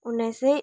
उन्नाइस सय